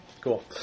Cool